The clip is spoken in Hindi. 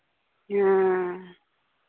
हाँ